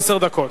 עשר דקות.